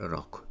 Rock